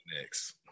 next